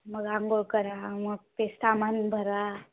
मग अंघोळ करा मग ते सामान भरा